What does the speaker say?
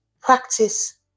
practice